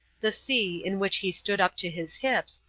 the sea, in which he stood up to his hips,